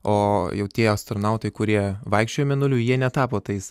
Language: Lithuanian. o jau tie astronautai kurie vaikščiojo mėnuliu jie netapo tais